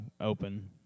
open